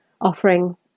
offering